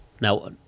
Now